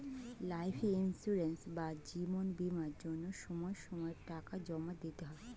life insurance বা জীবন বীমার জন্য সময় সময়ে টাকা জমা দিতে হয়